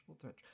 threat